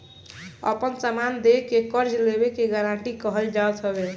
आपन समान दे के कर्जा लेवे के गारंटी कहल जात हवे